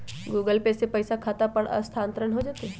Google Pay से पईसा खाता पर स्थानानंतर हो जतई?